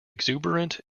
exuberant